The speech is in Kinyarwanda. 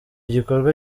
gikorwa